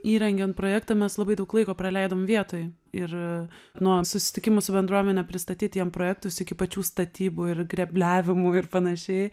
įrengiant projektą mes labai daug laiko praleidom vietoje ir nuo susitikimu su bendruomene pristatyt jiem projektus iki pačių statybų ir grėbliavimų ir panašiai